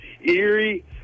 Erie